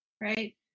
Right